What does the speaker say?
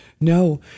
No